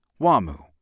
WAMU